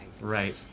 Right